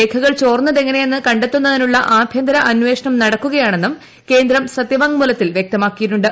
രേഖകൾ ചോർന്നതെങ്ങനെയെന്ന് കണ്ടെത്തുന്നതിനുള്ള ആഭ്യന്തര അന്വേഷണം നടക്കുകയാണെന്നും കേന്ദ്രം സത്യവാങ്മൂലത്തിൽ വ്യക്തമാക്കിയിട്ടുണ്ട്